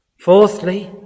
Fourthly